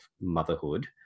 motherhood